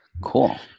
Cool